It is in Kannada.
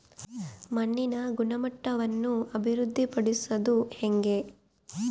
ಮಣ್ಣಿನ ಗುಣಮಟ್ಟವನ್ನು ಅಭಿವೃದ್ಧಿ ಪಡಿಸದು ಹೆಂಗೆ?